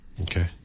Okay